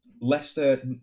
Leicester